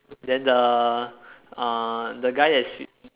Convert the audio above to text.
then the uh the guy that's fish